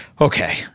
okay